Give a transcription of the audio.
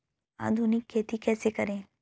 आधुनिक खेती कैसे करें?